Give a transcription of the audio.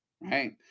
right